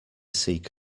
seek